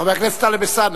חבר הכנסת טלב אלסאנע,